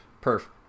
Perfect